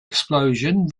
explosion